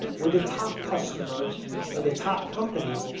with the top customers or the top companies,